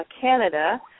Canada